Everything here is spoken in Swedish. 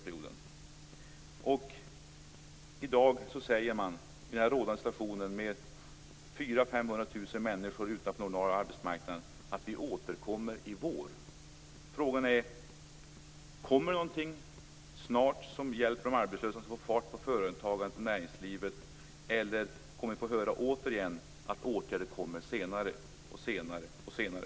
I dag säger man - i en situation då 400 000-500 000 människor står utanför den ordinarie arbetsmarknaden - att vi återkommer i vår. Frågan är: Kommer det någonting snart som hjälper de arbetslösa och som får fart på företagandet och näringslivet, eller kommer vi återigen att få höra att man återkommer senare, senare och senare?